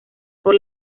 por